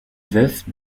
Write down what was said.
veuf